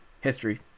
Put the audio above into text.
history